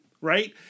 right